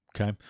okay